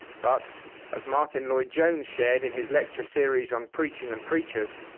but as martin lloyd-jones shared in his lecture series on preaching and preachers,